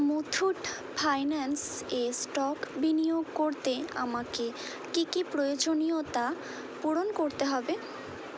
Muthoot finance এ stock বিনিয়োগ করতে আমাকে কী কী প্রয়োজনীয়তা পূরণ করতে হবে